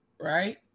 right